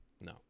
No